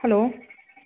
hello